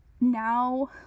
now